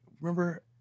Remember